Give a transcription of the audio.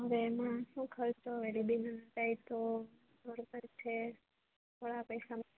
હવે એમાં શું ખર્ચો રીબીન થાય તો રોડ પર છે થોડા પૈસામાં